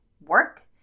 work